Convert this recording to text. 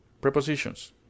Prepositions